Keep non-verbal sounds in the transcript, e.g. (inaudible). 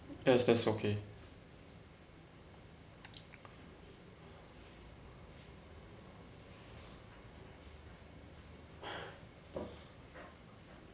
yes that's okay (noise)